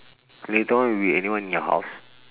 later on will be anyone in your house